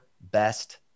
best